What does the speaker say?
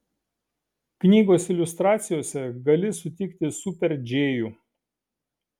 knygos iliustracijose gali sutikti super džėjų